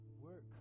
work